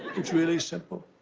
it's really simple.